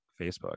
Facebook